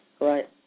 Right